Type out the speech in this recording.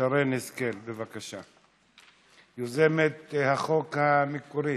שרן השכל, בבקשה, יוזמת החוק המקורי.